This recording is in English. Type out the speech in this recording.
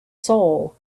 soul